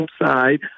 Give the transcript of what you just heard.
outside